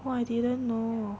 oh I didn't know